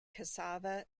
cassava